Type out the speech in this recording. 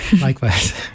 likewise